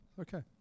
Okay